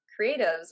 creatives